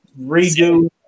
redo